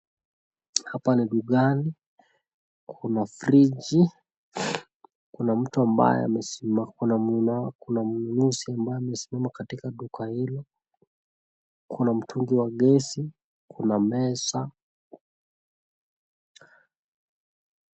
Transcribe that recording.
Hapa ni dukani, kuna friji, kuna mtu ambaye ,kuna mnunuzi ambaye amesimama katika duka hilo, kunamtungi wa gesi ,kuna meza.